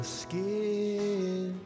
skin